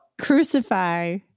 Crucify